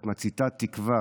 את מציתה תקווה